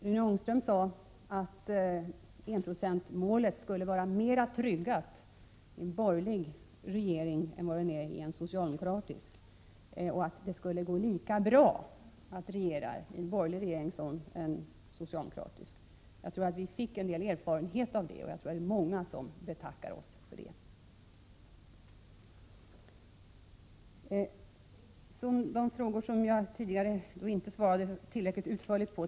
Rune Ångström sade att enprocentsmålet skulle vara mer tryggat i en borgerlig regering än det är i en socialdemokratisk och att det skulle gå lika bra att regera i en borgerlig regering som i en socialdemokratisk. Vi har erfarenhet av borgerliga regeringar, och jag tror att vi är många som betackar oss för sådana. Jag skall ta upp de frågor från Gunnel Jonäng som jag tidigare inte svarade tillräckligt utförligt på.